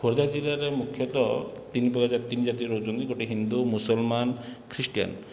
ଖୋର୍ଦ୍ଧା ଜିଲ୍ଲାରେ ମୁଖ୍ୟତଃ ତିନି ପ୍ରକାର ତିନି ଜାତି ରହୁଛନ୍ତି ଗୋଟିଏ ହିନ୍ଦୁ ମୁସଲମାନ ଖ୍ରୀଷ୍ଟିଆନ